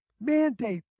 mandate